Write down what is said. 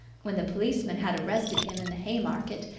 when the policeman had arrested him in the haymarket,